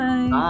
Bye